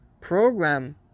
program